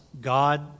God